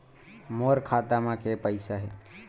मोर खाता म के पईसा हे?